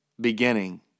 beginning